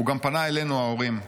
"הוא גם פנה אלינו, ההורים: